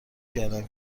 کردم